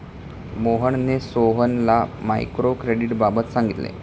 मोहनने सोहनला मायक्रो क्रेडिटबाबत सांगितले